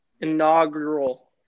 inaugural